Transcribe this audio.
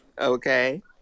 Okay